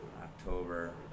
October